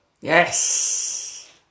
Yes